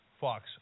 fox